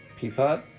Peapod